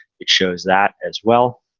it shows that as well.